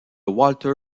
walter